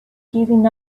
giving